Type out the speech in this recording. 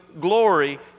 glory